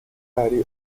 aller